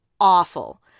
awful